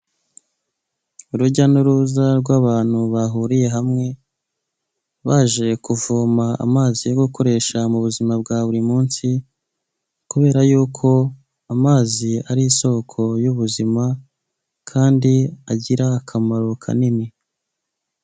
Urujya n'uruza rw'abantu bahuriye hamwe baje kuvoma amazi yo gukoresha mu buzima bwa buri munsi kubera yuko amazi ari isoko y'ubuzima kandi agira akamaro kanini.